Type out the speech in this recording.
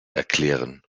erklären